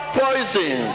poison